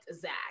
zach